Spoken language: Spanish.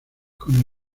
con